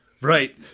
Right